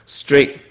straight